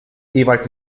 ewald